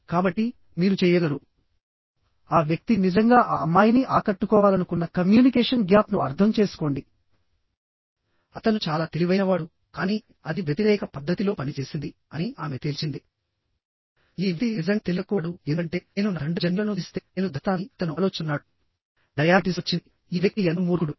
కాబట్టి మీరు చెయ్యగలరు ఆ వ్యక్తి నిజంగా ఆ అమ్మాయిని ఆకట్టుకోవాలనుకున్న కమ్యూనికేషన్ గ్యాప్ను అర్థం చేసుకోండి అతను చాలా తెలివైనవాడు కానీ అది వ్యతిరేక పద్ధతిలో పనిచేసింది అని ఆమె తేల్చింది ఈ వ్యక్తి నిజంగా తెలివితక్కువవాడు ఎందుకంటే నేను నా తండ్రి జన్యువులను ధరిస్తే నేను ధరిస్తానని అతను ఆలోచిస్తున్నాడు డయాబెటిస్ వచ్చింది ఈ వ్యక్తి ఎంత మూర్ఖుడు